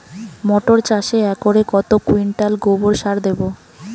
মটর চাষে একরে কত কুইন্টাল গোবরসার দেবো?